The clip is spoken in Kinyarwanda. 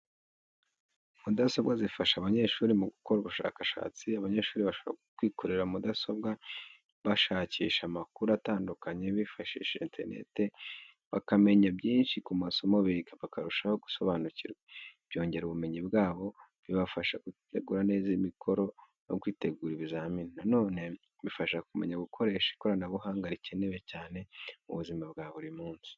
Mudasobwa zifasha abanyeshuri mu gukora ubushakashatsi. Abanyeshuri bashobora gukoresha mudasobwa bashakisha amakuru atandukanye bifashishije interineti, bakamenya byinshi ku masomo biga, bakarushaho gusobanukirwa. Byongera ubumenyi bwabo, bibafasha gutegura neza imikoro, no kwitegura ibizamini. Na none, bifasha kumenya gukoresha ikoranabuhanga rikenewe cyane mu buzima bwa buri munsi.